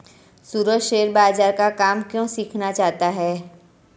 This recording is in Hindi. सूरज शेयर बाजार का काम क्यों सीखना चाहता है?